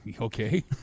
Okay